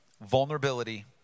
vulnerability